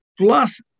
Plus